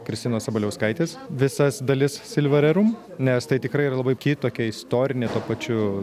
kristinos sabaliauskaitės visas dalis silva rerum nes tai tikrai yra labai ki tokia istorinė tuo pačiu